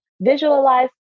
visualize